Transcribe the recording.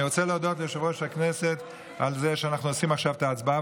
אני רוצה להודות ליושב-ראש הכנסת על זה שאנחנו עושים עכשיו את ההצבעה,